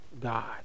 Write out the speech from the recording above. God